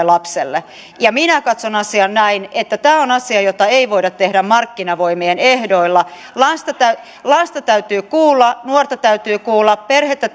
lapselle minä katson asian näin että tämä on asia jota ei voida tehdä markkinavoimien ehdoilla lasta täytyy kuulla nuorta täytyy kuulla perhettä